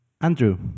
Andrew